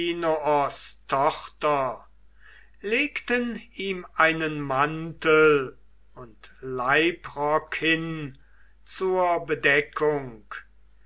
legten ihm einen mantel und leibrock hin zur bedeckung